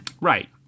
right